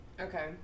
Okay